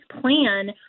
plan